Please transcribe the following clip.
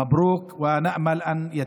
מזל טוב, ואנחנו מקווים שהחוק